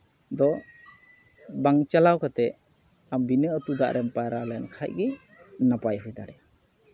ᱫᱚ ᱵᱟᱝ ᱪᱟᱞᱟᱣ ᱠᱟᱛᱮ ᱟᱢ ᱵᱤᱱᱟᱹ ᱟᱹᱛᱩᱜ ᱫᱟᱜ ᱨᱮᱢ ᱯᱟᱭᱨᱟ ᱞᱮᱱᱠᱷᱟᱡ ᱜᱮ ᱱᱟᱯᱟᱭ ᱦᱩᱭ ᱫᱟᱲᱮᱭᱟᱜᱼᱟ